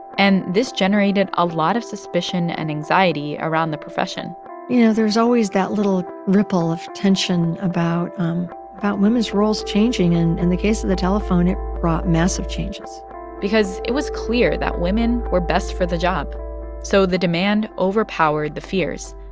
and this generated a lot of suspicion and anxiety around the profession you know, there's always that little ripple of tension about um about women's roles changing. and in and the case of the telephone, it brought massive changes because it was clear that women were best for the job so the demand overpowered the fears.